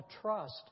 trust